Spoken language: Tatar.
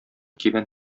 кибән